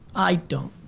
i don't.